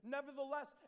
Nevertheless